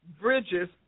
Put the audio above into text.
bridges